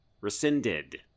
rescinded